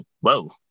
whoa